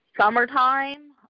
summertime